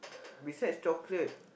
besides chocolate